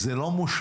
זה לא מושלם,